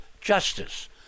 justice